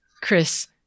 Chris